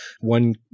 One